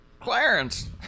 Clarence